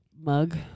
mug